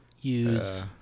use